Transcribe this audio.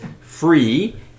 free